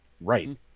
right